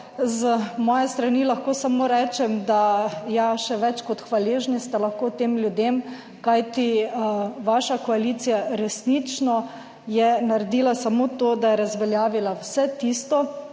z moje strani lahko samo rečem, da ja, še več kot hvaležni ste lahko tem ljudem, kajti vaša koalicija resnično je naredila samo to, da je razveljavila vse tisto,